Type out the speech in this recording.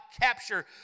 capture